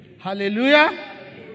Hallelujah